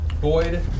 Boyd